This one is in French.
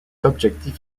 objectif